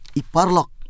iparlok